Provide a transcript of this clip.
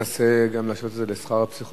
תנסה להשוות את זה גם לשכר הפסיכולוגים,